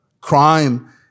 crime